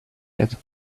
yet